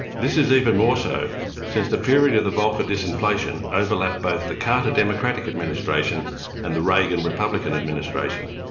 this is even more so since the period of the volker disinflation overlapped both the carter democratic administration and the reagan republican administration.